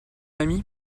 ami